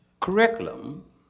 curriculum